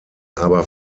aber